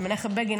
על מנחם בגין,